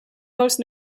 most